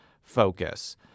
focus